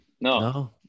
no